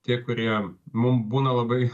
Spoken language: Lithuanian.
tie kurie mum būna labai